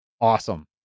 Awesome